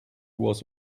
was